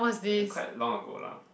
quite long ago lah